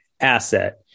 asset